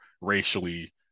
racially